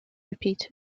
repeat